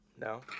No